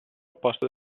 opposto